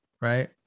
right